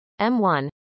M1